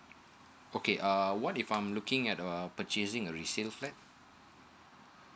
okay uh what if I'm looking at uh purchasing a resale flat